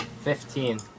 Fifteen